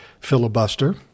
filibuster